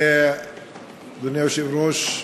אדוני היושב-ראש,